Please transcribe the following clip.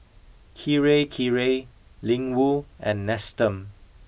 Kirei Kirei Ling Wu and Nestum